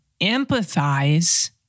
empathize